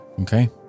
okay